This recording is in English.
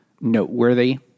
noteworthy